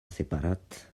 separat